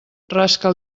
rasca